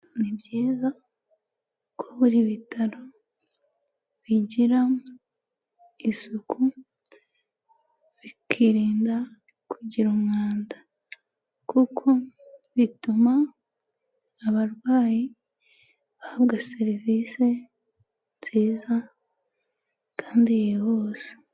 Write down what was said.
Ni byiza ko buri bitaro bigira isuku, bikirinda kugira umwanda kuko bituma abarwayi bahabwa serivisi nziza kandi yihuse.